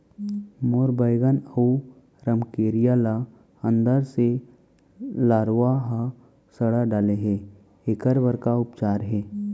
मोर बैगन अऊ रमकेरिया ल अंदर से लरवा ह सड़ा डाले हे, एखर बर का उपचार हे?